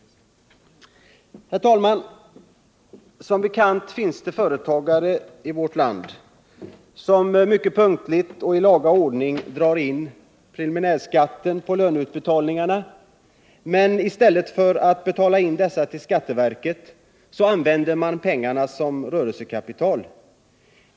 Herr talman! Som bekant finns det företagare i vårt land som punktligt och i laga ordning drar preliminärskatt på löneutbetalningarna. Men i stället för att betala in dessa till skatteverket använder man pengarna som rörelsekapital.